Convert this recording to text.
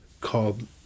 called